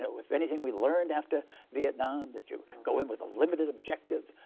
so if anything, we learned after vietnam that you go in with a limited objective,